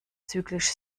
zyklisch